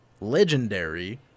legendary